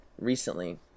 recently